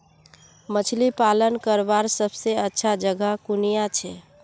मछली पालन करवार सबसे अच्छा जगह कुनियाँ छे?